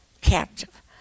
captive